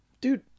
Dude